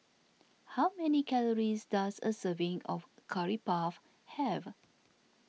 how many calories does a serving of Curry Puff have